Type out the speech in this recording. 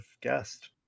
guessed